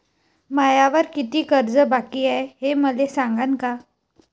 मायावर कितीक कर्ज बाकी हाय, हे मले सांगान का?